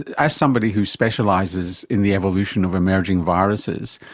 as somebody who specialises in the evolution of emerging viruses,